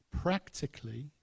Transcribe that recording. practically